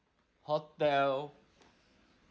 hotel